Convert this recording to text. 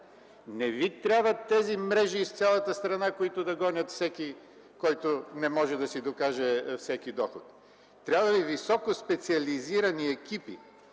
Не Ви трябват тези мрежи из цялата страна, които да гонят всеки, който не може да си докаже всеки доход. Трябват Ви високо специализирани екипи